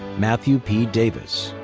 matthew p. davis.